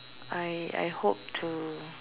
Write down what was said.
I I hope to